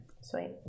Sweet